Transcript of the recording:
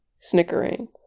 snickering